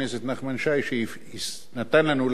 שנתן לנו להגיע להסכמות.